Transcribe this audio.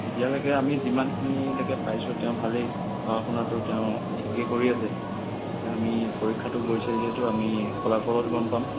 এতিয়ালৈকে আমি যিমানখিনিলৈকে পাইছোঁ তেওঁ ভালেই পঢ়া শুনাতো তেওঁ ঠিকে কৰি আছে আমি পৰিক্ষাটো গৈছে যিহেতু আমি ফলাফলত গম পাম